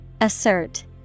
Assert